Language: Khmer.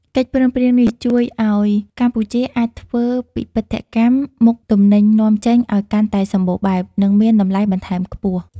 កិច្ចព្រមព្រៀងនេះជួយឱ្យកម្ពុជាអាចធ្វើពិពិធកម្មមុខទំនិញនាំចេញឱ្យកាន់តែសម្បូរបែប និងមានតម្លៃបន្ថែមខ្ពស់។